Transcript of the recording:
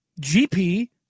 GP